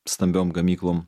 stambiom gamyklom